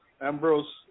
Ambrose